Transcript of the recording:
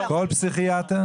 שלא כל אחד דומה לשני,